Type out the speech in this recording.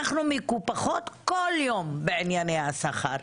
אנחנו מקופחות כל יום בענייני השכר.